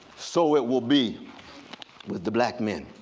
so it will be with the black men